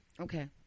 Okay